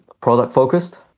product-focused